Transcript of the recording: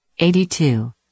82